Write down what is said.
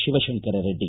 Shivashankar Reddy